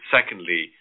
Secondly